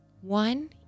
One